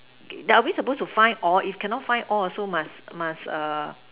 okay are we suppose to find all if cannot find all also must must err